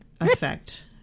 effect